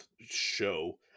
show